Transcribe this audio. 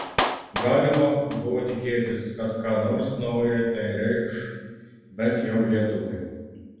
galima buvo tikėtis kad ką nors nauja tai reikš bent jau lietuvai